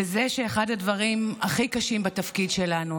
וזה שאחד הדברים הכי קשים בתפקיד שלנו,